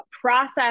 process